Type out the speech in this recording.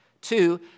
Two